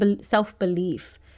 self-belief